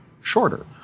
shorter